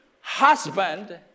husband